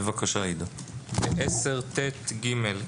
סעיף 10ט(ג).